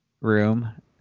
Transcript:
room